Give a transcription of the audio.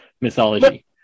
mythology